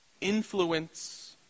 influence